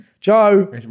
Joe